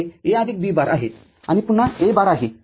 तर हे A आदिक B बारआहे आणि पुन्हा एक बार आहे